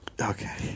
Okay